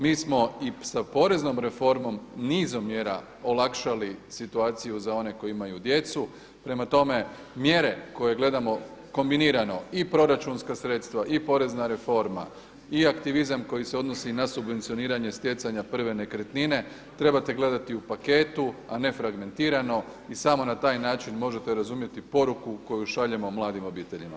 Mi smo i sa poreznom reformom nizom mjera olakšali situaciju za one koji imaju djecu, prema tome mjere koje gledamo kombinirano i proračunska sredstva i porezna reforma i aktivizam koji se odnosi na subvencioniranje stjecanja prve nekretnine, trebate gledati u paketu, a ne fragmentirano i samo na taj način možete razumjeti poruku koju šaljemo mladim obiteljima.